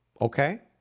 okay